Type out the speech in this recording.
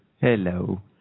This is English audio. Hello